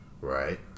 Right